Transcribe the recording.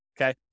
okay